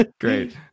Great